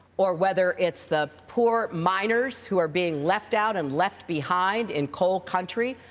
or whether it's the poor miners who are being left out and left behind in coal country,